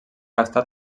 estat